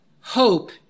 hope